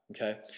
okay